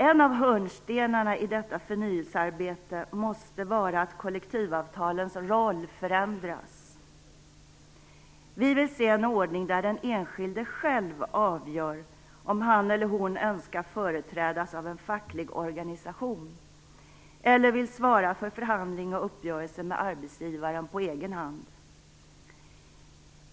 En av hörnstenarna i detta förnyelsearbete måste vara att kollektivavtalens roll förändras. Vi vill se en ordning där den enskilde själv avgör om han eller hon önskar företrädas av en facklig organisation eller vill svara för förhandling och uppgörelse med arbetsgivaren på egen hand.